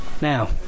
Now